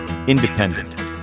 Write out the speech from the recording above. Independent